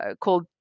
called